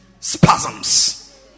Spasms